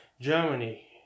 Germany